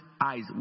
eyes